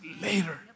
later